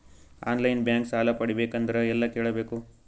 On line bank ಸಾಲ ಪಡಿಬೇಕಂದರ ಎಲ್ಲ ಕೇಳಬೇಕು?